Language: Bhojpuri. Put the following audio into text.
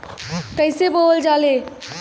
कईसे बोवल जाले?